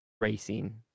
racing